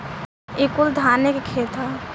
ई कुल धाने के खेत ह